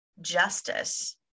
justice